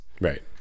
Right